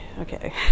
okay